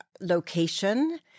location